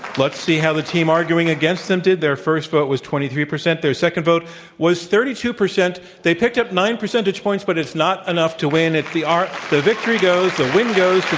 let's see how the team arguing against them did. their first vote was twenty three percent. their second vote was thirty two percent. they picked up nine percentage points, but it's not enough to win. it's the the victory goes, the win goes to